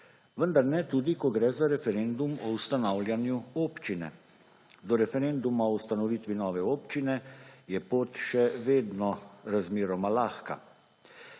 Vendar ne tudi, ko gre za referendum o ustanavljanju občine. Do referenduma o ustanovitvi nove občine je pot še vedno razmeroma lahka.